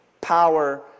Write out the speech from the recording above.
power